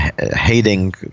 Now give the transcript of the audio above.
hating